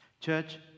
Church